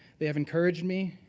they have encouraged me,